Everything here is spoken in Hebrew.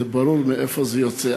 ברור מאיפה זה יוצא.